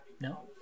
no